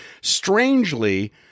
strangely